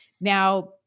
Now